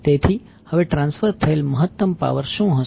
તેથી હવે ટ્રાન્સફર થયેલ મહત્તમ પાવર શું હશે